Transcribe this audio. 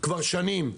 כבר שנים: